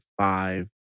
five